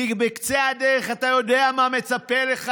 כי בקצה הדרך אתה יודע מה מצפה לך,